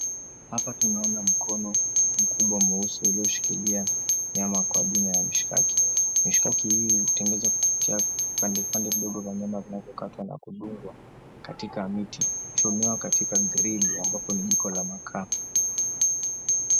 Hapa tunaona mkono mkubwa mweusi ulioshikilia nyama kwa jina ya mishikaki. Mishikaki hii hutengezwa kupitia vipande vipande vya nyama vinavyokatwa na kudungwa katika miti. Huchomewa katika grili ambapo ni jiko la makaa.